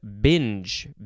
binge